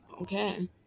Okay